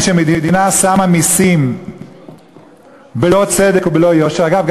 כשמדינה מטילה מסים בלא צדק ובלא יושר זה לא חוקי ולא הלכתי.